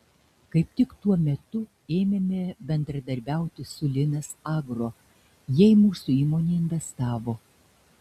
kaip tik tuo metu ėmėme bendradarbiauti su linas agro jie į mūsų įmonę investavo